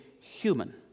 human